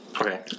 Okay